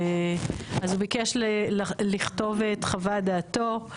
אז הוא ביקש לכתוב את חוות דעתו.